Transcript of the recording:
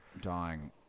dying